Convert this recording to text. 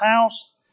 house